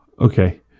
okay